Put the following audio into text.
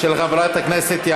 לוועדת חינוך.